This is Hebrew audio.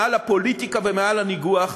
מעל הפוליטיקה ומעל הניגוח.